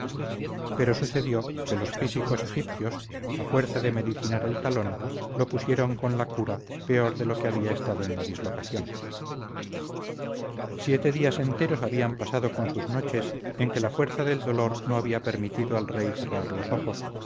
pero sucedió que los físicos egipcios a fuerza de medicinar el talón lo pusieron con la cura peor de lo que había estado en la dislocación siete días enteros habían pasado con sus noches en que la fuerza del dolor no había permitido al rey cerrar los ojos